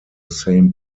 same